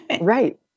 right